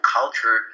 culture